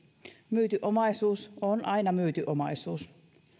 myyty omaisuus on aina myyty omaisuus